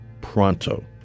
pronto